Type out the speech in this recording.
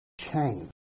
Change